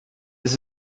this